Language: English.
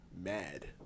mad